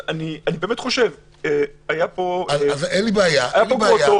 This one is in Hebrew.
אין לי בעיה,